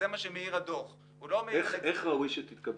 זו הערת הדוח --- איך ראוי שתתקבל?